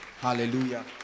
hallelujah